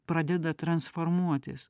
pradeda transformuotis